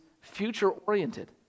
future-oriented